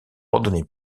randonnée